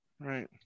right